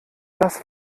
das